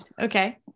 Okay